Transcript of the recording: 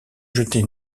jeter